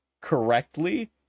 correctly